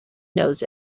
knows